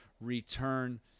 return